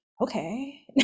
okay